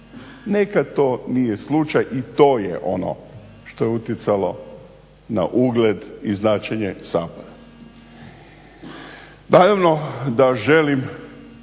Nekad to nije slučaj i to je ono što je utjecalo na ugled i značenje Sabora.